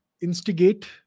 instigate